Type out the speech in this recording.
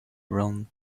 round